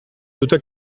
dute